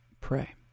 Pray